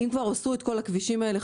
אם כבר עשו את כל הכבישים האלה,